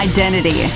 Identity